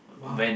!wow!